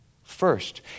First